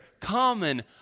common